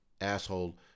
asshole